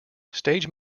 stage